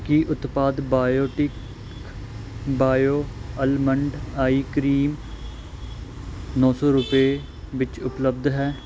ਕੀ ਉਤਪਾਦ Biotique bio almond eye cream ਨੌ ਸੌ ਰੁਪਏ ਵਿੱਚ ਉਪਲੱਬਧ ਹੈ